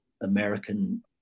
American